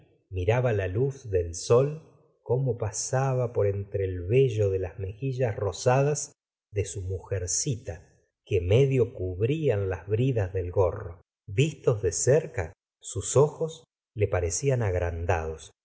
miraba la luz del sol como pasaba por entre el vello de las mejillas rosadas de su mujercita que medio cubrían las bridas del gorro vistos de cerca sus ojos le parecían agrandados